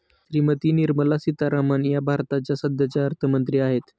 श्रीमती निर्मला सीतारामन या भारताच्या सध्याच्या अर्थमंत्री आहेत